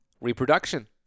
Reproduction